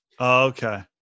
Okay